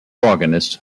organist